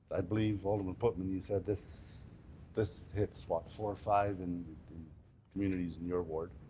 i believe alderman pootmans, you said this this hits, what, four or five and communities in your ward.